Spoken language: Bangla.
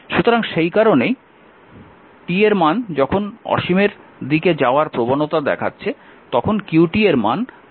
সুতরাং সে কারণেই t এর মান যখন অসীমের দিকে যাওয়ার প্রবণতা দেখাচ্ছে তখন q এর মান 2 কুলম্ব হতে চলেছে